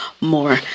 more